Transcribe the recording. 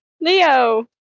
Leo